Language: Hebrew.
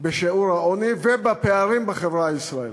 בשיעור העוני ובפערים בחברה הישראלית.